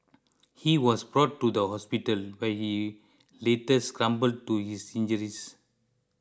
he was brought to the hospital where he later succumbed to his injuries